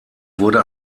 wurde